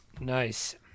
Nice